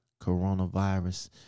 coronavirus